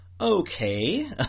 okay